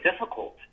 difficult